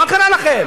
מה קרה לכם?